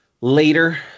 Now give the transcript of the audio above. later